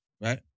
Right